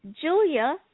Julia